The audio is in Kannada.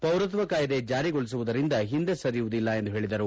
ಪೌರತ್ವ ಕಾಯಿದೆ ಜಾರಿಗೊಳಿಸುವುದರಿಂದ ಹಿಂದೆ ಸರಿಯುವುದಿಲ್ಲ ಎಂದು ಹೇಳದರು